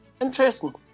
Interesting